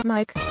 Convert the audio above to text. Mike